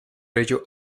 ello